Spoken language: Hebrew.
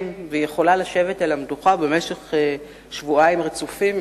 ויכולה לשבת על המדוכה במשך שבועיים רצופים,